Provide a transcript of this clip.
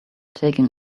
taking